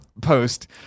post